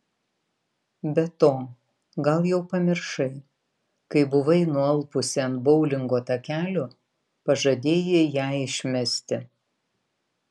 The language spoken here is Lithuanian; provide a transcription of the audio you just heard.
be to gal jau pamiršai kai buvai nualpusi ant boulingo takelio pažadėjai ją išmesti